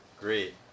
Great